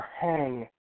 hang